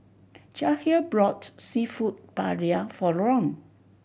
Jahir brought Seafood Paella for Ron